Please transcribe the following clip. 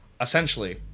essentially